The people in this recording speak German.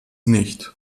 nicht